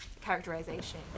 characterization